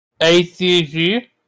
ACG